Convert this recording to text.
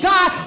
God